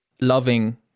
loving